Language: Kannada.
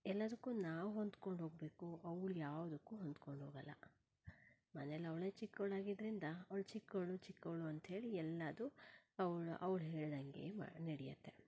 ಎಲ್ಲದಕ್ಕೂ ನಾವು ಹೊಂದ್ಕೊಂಡು ಹೋಗಬೇಕು ಅವ್ಳು ಯಾವ್ದಕ್ಕೂ ಹೊಂದ್ಕೊಂಡು ಹೋಗೋಲ್ಲ ಮನೆಲ್ಲಿ ಅವಳೇ ಚಿಕ್ಕವಳಾಗಿದ್ರಿಂದ ಅವ್ಳು ಚಿಕ್ಕವಳು ಚಿಕ್ಕವಳು ಅಂತ ಹೇಳಿ ಎಲ್ಲದೂ ಅವ್ಳು ಅವ್ಳು ಹೇಳಿದಂಗೇ ಮಾಡಿ ನಡೆಯುತ್ತೆ